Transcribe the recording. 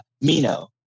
Mino